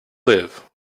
live